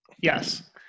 Yes